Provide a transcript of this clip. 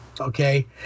Okay